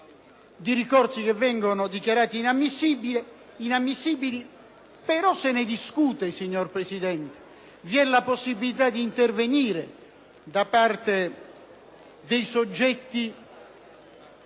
di ricorsi che vengono dichiarati inammissibili enotevole, ma se ne discute, signora Presidente; e prevista la possibilitadi intervento da parte dei soggetti